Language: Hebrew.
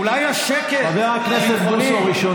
אולי השקט הביטחוני.